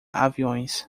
aviões